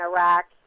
Iraq